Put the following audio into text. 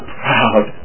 proud